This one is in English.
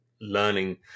learning